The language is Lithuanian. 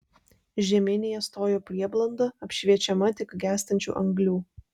žeminėje stojo prieblanda apšviečiama tik gęstančių anglių